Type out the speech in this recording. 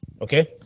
okay